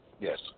Yes